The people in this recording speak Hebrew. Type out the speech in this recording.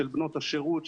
של בנות השירות,